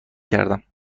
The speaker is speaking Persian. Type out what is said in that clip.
کردم